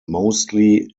mostly